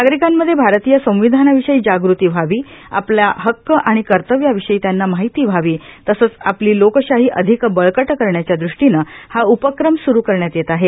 नागरिकांमध्ये भारतीय संविधानाविषयी जागृती व्हावीए आपल्या हक्क आणि कर्तव्याविषयी त्यांना माहिती व्हावी तसेच आपली लोकशाही अधिक बळकट करण्याच्या दृष्टीनं हा उपक्रम सुरू करण्यात येत आहे